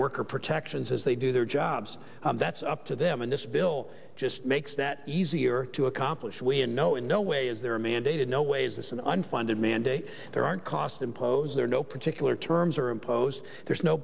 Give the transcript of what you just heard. worker protections as they do their jobs that's up to them in this bill just makes that easier to accomplish when no in no way is there mandated no way is this an unfunded mandate there aren't costs imposed their no particular terms are imposed there's no